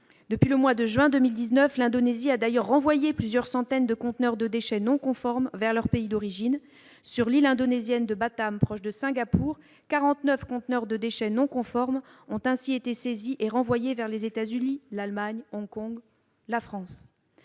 Depuis le mois de juin 2019, l'Indonésie a d'ailleurs renvoyé plusieurs centaines de conteneurs de déchets non conformes vers leur pays d'origine. Sur l'île indonésienne de Batam, proche de Singapour, quarante-neuf conteneurs de déchets non conformes ont ainsi été saisis et renvoyés vers les États-Unis, l'Allemagne, Hong Kong et la France.